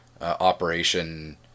operation